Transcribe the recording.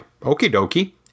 okie-dokie